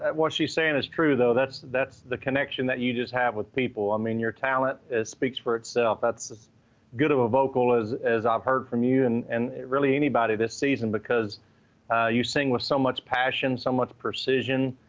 and what she's saying is true, though. that's that's the connection that you just have with people. i mean, your talent speaks for itself. that's as good of a vocal as as i've heard from you, and and really anybody this season because you sing with so much passion, so much precision.